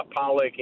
Pollock